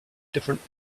different